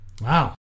Wow